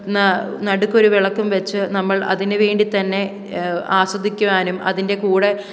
ന നടുക്കൊരു വിളക്കും വെച്ച് നമ്മൾ അതിനുവേണ്ടിത്തന്നെ ആസ്വദിക്കുവാനും അതിൻ്റെ കൂടെ